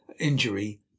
injury